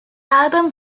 album